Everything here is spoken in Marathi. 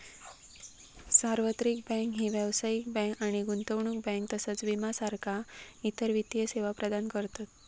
सार्वत्रिक बँक ही व्यावसायिक बँक आणि गुंतवणूक बँक तसाच विमा सारखा इतर वित्तीय सेवा प्रदान करतत